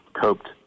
coped